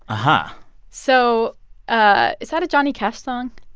and so ah is that a johnny cash song?